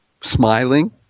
Smiling